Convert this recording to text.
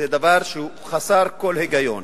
זה דבר שהוא חסר כל היגיון.